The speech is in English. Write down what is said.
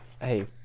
Hey